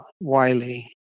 Wiley